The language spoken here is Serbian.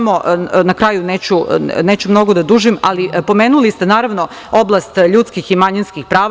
Na kraju, neću mnogo da dužim, ali pomenuli ste oblast ljudskih i manjinskih prava.